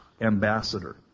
ambassador